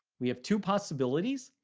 we have two possibilities,